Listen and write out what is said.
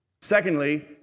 Secondly